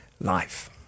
life